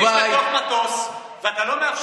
בדובאי כשאתה מכניס 300 איש לתוך מטוס ואתה לא מאפשר